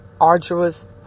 arduous